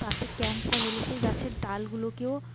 তাতে ক্যান্সার হলে সেই গাছের ডালগুলোকেও